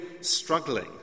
struggling